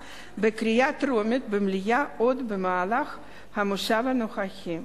בקריאה טרומית במליאה עוד במהלך המושב הנוכחי.